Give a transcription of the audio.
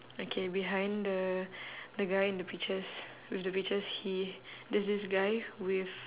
okay behind the the guy in the peaches with the peaches he there's this guy with